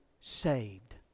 saved